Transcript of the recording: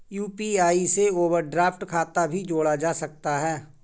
UPI से overdraft खाता भी जोड़ा जा सकता है